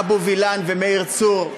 אבו וילן ומאיר צור,